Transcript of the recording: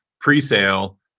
pre-sale